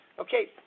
Okay